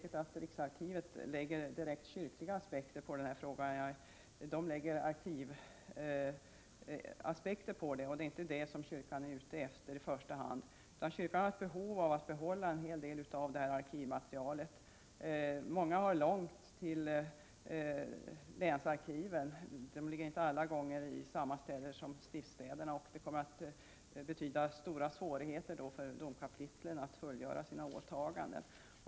Riksarkivet anlägger inte direkt kyrkliga aspekter på dessa frågor, utan i stället arkivaspekter, och det är inte i första hand dessa som kyrkan ser som angelägna. Kyrkan har ett behov av att behålla en hel del av sitt arkivmaterial. Många har långt till länsarkiven, som inte genomgående är förlagda till stiftsstäderna, och det betyder att domkapitlen får stora svårigheter att fullgöra sina åtaganden.